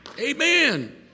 amen